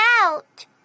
out